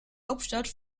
hauptstadt